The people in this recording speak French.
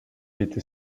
était